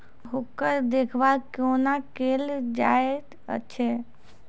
ओकर देखभाल कुना केल जायत अछि?